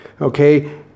Okay